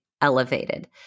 elevated